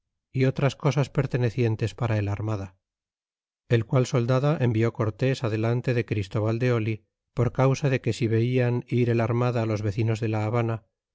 y otras cosas pertenecientes para el armada el qual soldada envió cortés adelante de christóbal de por causa de que si vejan ir el armada los vecinos de la habana